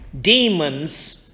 demons